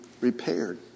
repaired